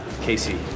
Casey